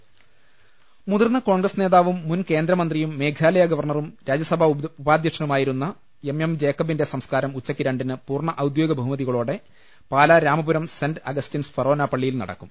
ദർശ്ശിക്കും മുതിർന്ന കോൺഗ്രസ് നേതാവും മുൻ കേന്ദ്രമന്ത്രിയും മേഘാലയ ഗവർണറും രാജ്യസഭാ ഉപാധ്യക്ഷനുമായിരുന്ന എം എം ജേക്കബിന്റെ സംസ്കാരം ഉച്ചയ്ക്ക് രണ്ടിന് പൂർണ്ണ ഔദ്യോഗിക ബഹുമതികളോടെ പാലാ രാമപുരം സെന്റ് അഗസ്റ്റിൻസ് ഫൊറോന പള്ളിയിൽ നടക്കും